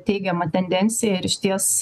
teigiama tendencija ir išties